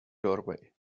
doorway